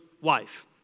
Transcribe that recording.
wife